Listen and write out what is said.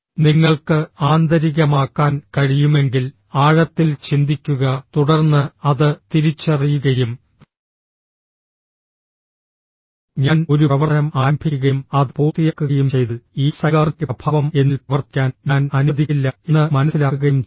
നിങ്ങൾക്ക് ആന്തരികമാക്കാൻ കഴിയുമെങ്കിൽ ആഴത്തിൽ ചിന്തിക്കുക തുടർന്ന് അത് തിരിച്ചറിയുകയും ഞാൻ ഒരു പ്രവർത്തനം ആരംഭിക്കുകയും അത് പൂർത്തിയാക്കുകയും ചെയ്താൽ ഈ സൈഗാർനിക് പ്രഭാവം എന്നിൽ പ്രവർത്തിക്കാൻ ഞാൻ അനുവദിക്കില്ല എന്ന് മനസ്സിലാക്കുകയും ചെയ്യുക